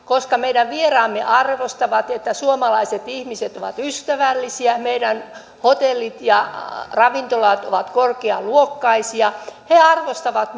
koska meidän vieraamme arvostavat että suomalaiset ihmiset ovat ystävällisiä meidän hotellimme ja ravintolamme ovat korkealuokkaisia he arvostavat